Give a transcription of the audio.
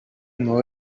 know